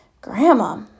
Grandma